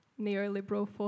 neoliberal